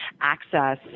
access